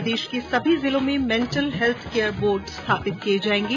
प्रदेश के सभी जिलों में मेंटल हैल्थ केयर बोर्ड स्थापित किये जायेंगे